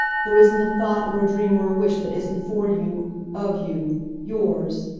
there isn't a thought or a dream or a wish that isn't for you of you yours!